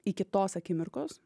iki tos akimirkos